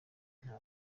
nta